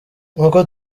nk’uko